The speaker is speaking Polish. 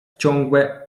ciągłe